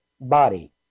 body